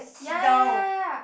ya